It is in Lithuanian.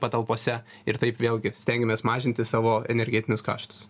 patalpose ir taip vėlgi stengiamės mažinti savo energetinius kaštus